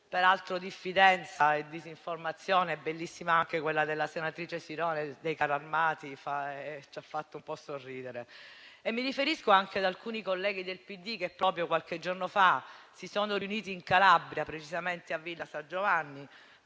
peraltro diffidenza e disinformazione (il riferimento della senatrice Sironi ai carrarmati ci ha fatto un po' sorridere). Mi riferisco anche ad alcuni colleghi del PD, che qualche giorno fa si sono riuniti in Calabria, precisamente a Villa San Giovanni,